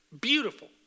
beautiful